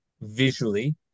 visually